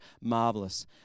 marvelous